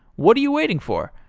what are you waiting for?